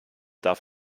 darf